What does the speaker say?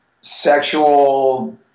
sexual